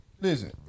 listen